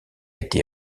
été